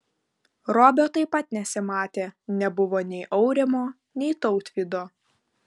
robio taip pat nesimatė nebuvo nei aurimo nei tautvydo